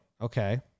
Okay